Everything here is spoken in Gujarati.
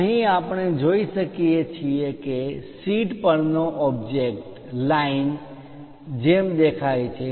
અહીં આપણે જોઈ શકીએ છીએ કે શીટ પર નો ઓબ્જેક્ટ લાઈન રેખા જેમ દેખાય છે